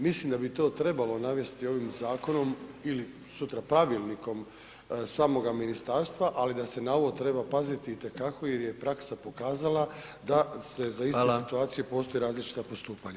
Mislim da bi to trebalo navesti ovim zakonom ili sutra pravilnikom samoga ministarstva, ali da se na ovo treba paziti i te kako jer je praksa pokazala da se za iste situacije [[Upadica: Hvala.]] postoji različita postupanja.